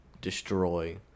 destroy